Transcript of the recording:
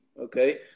okay